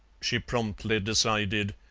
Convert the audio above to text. she promptly decided,